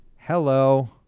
Hello